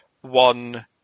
one